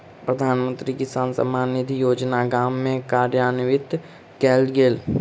प्रधानमंत्री किसान सम्मान निधि योजना गाम में कार्यान्वित कयल गेल